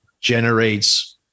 generates